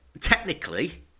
technically